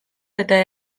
eta